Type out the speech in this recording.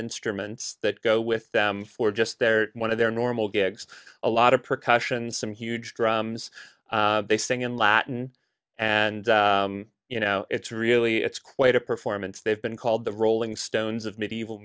instruments that go with them for just their one of their normal gigs a lot of percussion some huge drums they sing in latin and you know it's really it's quite a performance they've been called the rolling stones of medieval